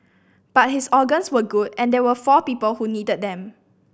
but his organs were good and there were four people who needed them